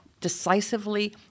decisively